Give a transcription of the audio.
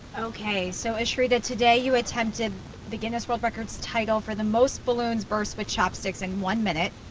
ok. so ashrita, today you attempted the guinness world records title for the most balloons burst with chopsticks in one minute,